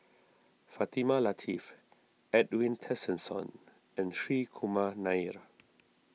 Fatimah Lateef Edwin Tessensohn and Hri Kumar Nair